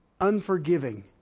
unforgiving